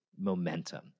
momentum